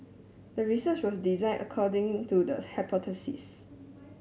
the research was designed according to the hypothesis